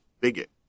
bigot